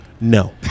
No